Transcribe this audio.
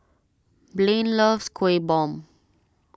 Blain loves Kueh Bom